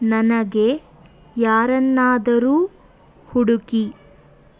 ನನಗೆ ಯಾರನ್ನಾದರು ಹುಡುಕಿ